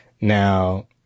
now